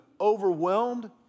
overwhelmed